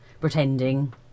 pretending